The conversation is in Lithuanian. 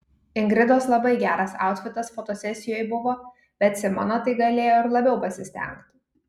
ingridos labai geras autfitas fotosesijoj buvo bet simona tai galėjo ir labiau pasistengt